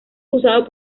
usado